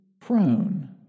prone